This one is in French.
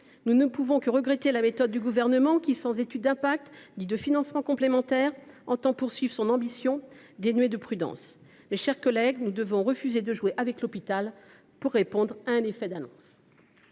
Nous ne pouvons que regretter la méthode du Gouvernement, qui, sans étude d’impact ni financements complémentaires, entend poursuivre une ambition dénuée de prudence. Mes chers collègues, refusons de jouer avec l’hôpital pour des effets d’annonce